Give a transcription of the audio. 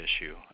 issue